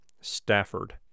Stafford